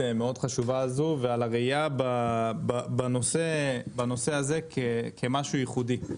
מאוד חשובה הזו ועל הראייה בנושא הזה כמשהו ייחודי.